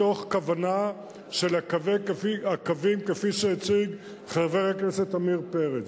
מתוך כוונה של הקווים כפי שהציג חבר הכנסת עמיר פרץ.